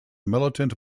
militant